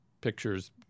pictures